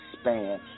Span